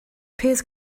peers